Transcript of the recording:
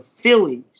Phillies